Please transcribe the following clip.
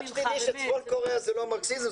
רק שתדעי שצפון קוריאה זה לא מרקסיזם,